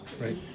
Right